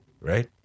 right